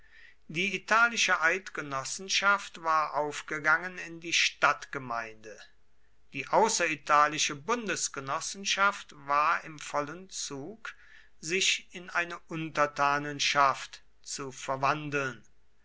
die italische eidgenossenschaft war aufgegangen in die stadtgemeinde die außeritalische bundesgenossenschaft war im vollen zug sich in eine untertanenschaft zu verwandeln